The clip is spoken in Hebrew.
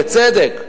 בצדק,